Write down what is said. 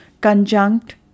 conjunct